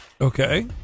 okay